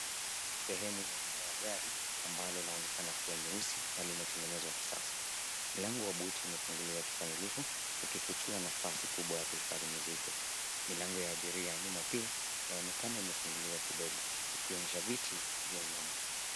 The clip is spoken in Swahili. Sehemu ya nyuma ya gari ambalo laonekana kua nyeusi na limetengenezwa kisasa. Mlango wa buti umefunguliwa kikamilifu, ukifichua nafasi kubwa ya kuhifahdi mizigo. Milango ya abiria ya nyuma pia, yaonekana imefunguliwa kidogo, ikionyesha viti vya nyuma.